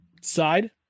side